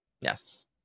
Yes